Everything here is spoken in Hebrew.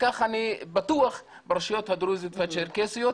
ככה אני בטוח שזה ברשויות הדרוזיות והצ'רקסיות.